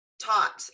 taught